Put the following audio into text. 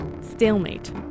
Stalemate